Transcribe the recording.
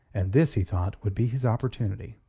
and this, he thought, would be his opportunity.